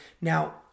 Now